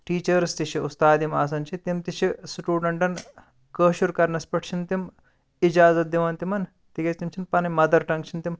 ٹیٖچٲرٕس تہِ چھِ اُستاد یِم آسان چھِ تِم تہِ چھِ سٹوڈَنٹَن کٲشُر کَرنَس پیٹھ چھِنہٕ تِم اِجازَت دِوان تِمَن تِکیازِ تِم چھِنہٕ پَنٕنۍ مَدَر ٹَنٛگ چھِنہٕ تِم